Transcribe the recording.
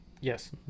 Yes